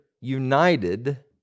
united